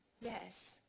yes